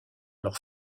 leur